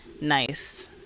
nice